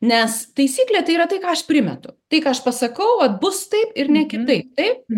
nes taisyklė tai yra tai ką aš primetu tai ką aš pasakau vat bus taip ir ne kitaip taip